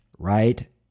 right